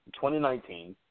2019